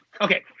okay